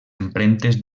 empremtes